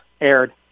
aired